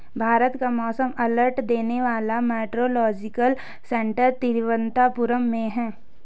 भारत का मौसम अलर्ट देने वाला मेट्रोलॉजिकल सेंटर तिरुवंतपुरम में है